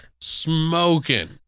smoking